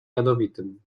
jadowitym